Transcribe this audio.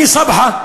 אני סבחה,